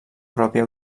pròpia